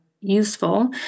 useful